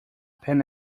pan